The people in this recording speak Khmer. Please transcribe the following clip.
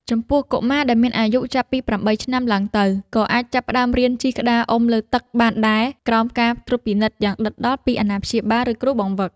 ចំពោះកុមារដែលមានអាយុចាប់ពី ៨ ឆ្នាំឡើងទៅ ក៏អាចចាប់ផ្ដើមរៀនជិះក្តារអុំលើទឹកបានដែរ ក្រោមការត្រួតពិនិត្យយ៉ាងដិតដល់ពីអាណាព្យាបាល ឬគ្រូបង្វឹក។